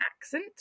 accent